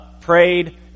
prayed